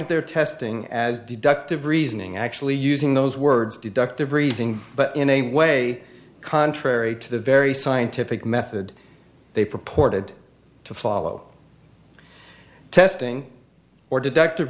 d their testing as deductive reasoning actually using those words deductive reasoning but in a way contrary to the very scientific method they purported to follow testing or deductive